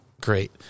great